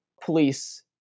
police